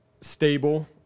stable